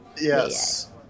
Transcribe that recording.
Yes